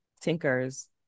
Tinkers